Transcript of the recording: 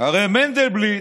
הרי מנדלבליט